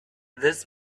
this